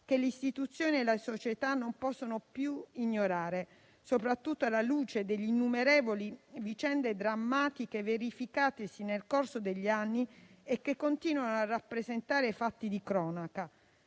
che le istituzioni e la società non possono più ignorare, soprattutto alla luce delle innumerevoli vicende drammatiche verificatesi nel corso degli anni e che continuano a rappresentare fatti di cronaca.